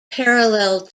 parallel